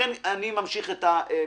לכן אני ממשיך את ההקראה.